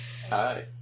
Hi